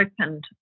opened